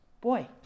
Boy